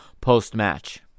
post-match